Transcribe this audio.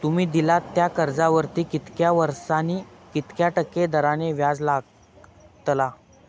तुमि दिल्यात त्या कर्जावरती कितक्या वर्सानी कितक्या टक्के दराने व्याज लागतला?